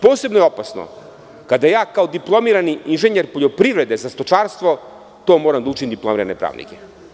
Posebno je opasno kada ja kao diplomirani inženjer poljoprivrede za stočarstvo to moram da učim diplomirane pravnike.